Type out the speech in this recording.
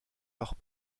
leurs